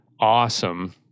awesome